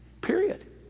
Period